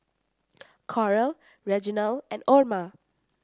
Coral Reginal and Orma